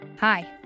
Hi